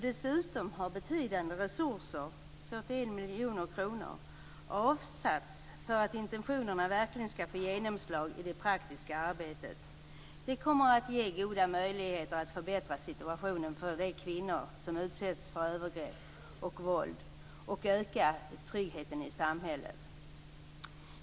Dessutom har betydande resurser, 41 miljoner kronor, avsatts för att intentionerna verkligen skall få genomslag i det praktiska arbetet. Det kommer att ge goda möjligheter att förbättra situationen för de kvinnor som utsätts för övergrepp och våld och öka tryggheten i samhället.